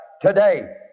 today